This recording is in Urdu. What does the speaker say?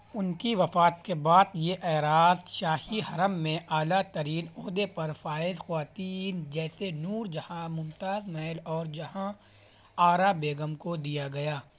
ان کی وفات کے بعد یہ اعراز شاہی حرم میں اعلیٰ ترین عہدے پر فائز خواتین جیسے نور جہاں ممتاز محل اور جہاں آرا بیگم کو دیا گیا